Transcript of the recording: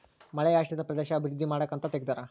ಮಳೆಯಾಶ್ರಿತ ಪ್ರದೇಶದ ಅಭಿವೃದ್ಧಿ ಮಾಡಕ ಅಂತ ತೆಗ್ದಾರ